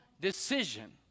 decision